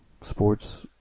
sports